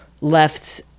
left